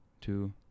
two